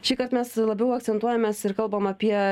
šįkart mes labiau akcentuojamės ir kalbam apie